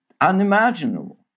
unimaginable